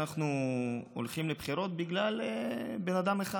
אנחנו הולכים לבחירות בגלל בן אדם אחד.